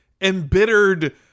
embittered